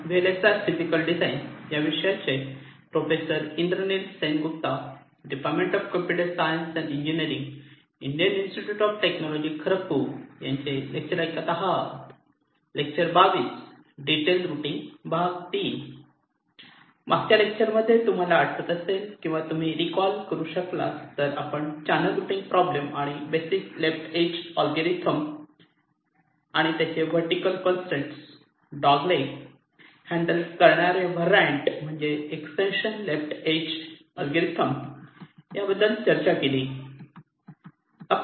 मागच्या लेक्चर मध्ये तुम्हाला आठवत असेल किंवा तुम्ही रिकॉल करू शकला तर आपण चॅनल रुटींग प्रॉब्लेम साठी बेसिक लेफ्ट इज ऍलगोरिदम आणि त्याचे vertical constraint dogleg handle करणारे व्हरायंट म्हणजे एक्सटेन्शन लेफ्ट इज अल्गोरिदम याबद्दल चर्चा केली